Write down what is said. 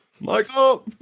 Michael